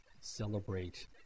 celebrate